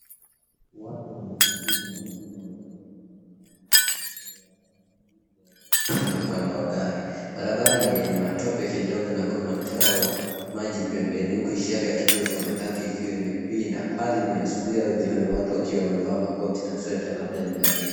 Watu wamesubiri na wengine wanaingia ndani ya gari, wengine wanaonekana upande wa gari. Barabara ni yenye matope kidogo na kuna mtaro wa maji pembeni huku ishara la kituo cha matatu ikiwa imepinda. Hali ni ya asubuhi au jioni watu wakiwa wamevaa makoti na sweta labda ni baridi.